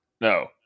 no